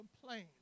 complain